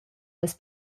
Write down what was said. las